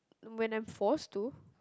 when I'm forced to